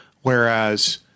whereas